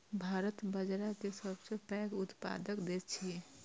भारत बाजारा के सबसं पैघ उत्पादक देश छियै